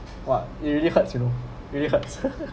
!wah! it really hurts you know really hurts